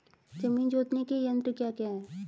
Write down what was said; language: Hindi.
जमीन जोतने के यंत्र क्या क्या हैं?